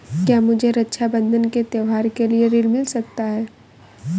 क्या मुझे रक्षाबंधन के त्योहार के लिए ऋण मिल सकता है?